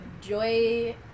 joy